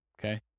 okay